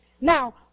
Now